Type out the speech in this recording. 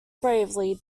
bravely